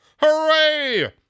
Hooray